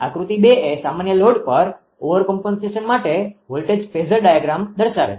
આકૃતિ એ સામાન્ય લોડ પર ઓવરકોમ્પનસેશન માટે વોલ્ટેજ ફેઝર ડાયાગ્રામ દર્શાવે છે